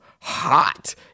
hot